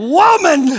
woman